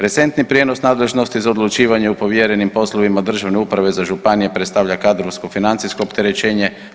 Recentni prijenos nadležnosti za odlučivanje o povjerenim poslovima državne uprave za županije predstavlja kadrovsko i financijsko opterećenje.